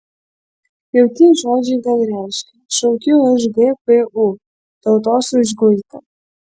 jau tie žodžiai gal reiškia šaukiu aš gpu tautos užguitą